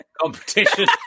competition